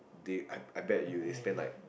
they I I bet you they spend like